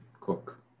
cook